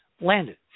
landed